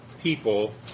people